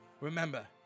Remember